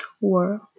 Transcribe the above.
world